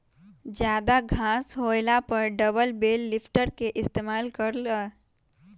जादा घास होएला पर डबल बेल लिफ्टर के इस्तेमाल कर ल